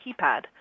keypad